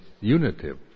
unitive